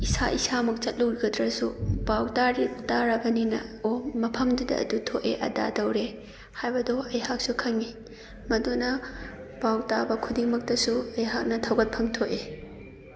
ꯏꯁꯥ ꯏꯁꯥꯃꯛ ꯆꯠꯂꯨꯗ꯭ꯔꯒꯁꯨ ꯄꯥꯎ ꯇꯥꯔꯕꯅꯤꯅ ꯑꯣ ꯃꯐꯝꯗꯨꯗ ꯑꯗꯨ ꯊꯣꯛꯑꯦ ꯑꯗꯥ ꯇꯧꯔꯦ ꯍꯥꯏꯕꯗꯣ ꯑꯩꯍꯥꯛꯁꯨ ꯈꯪꯉꯦ ꯃꯗꯨꯅ ꯄꯥꯎꯇꯥꯕ ꯈꯨꯗꯤꯡꯃꯛꯇꯁꯨ ꯑꯩꯍꯥꯛꯅ ꯊꯧꯒꯠꯐꯝ ꯊꯣꯛꯏ